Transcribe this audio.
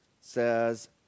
says